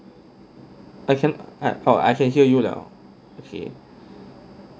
I can't eh oh I can hear you now okay